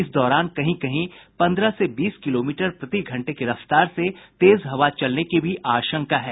इस दौरान कहीं कहीं पन्द्रह से बीस किलोमीटर प्रति घंटे की रफ्तार से तेज हवा चलने की भी आशंका है